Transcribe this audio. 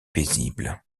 paisible